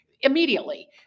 immediately